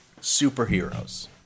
Superheroes